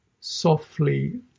softly